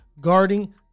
guarding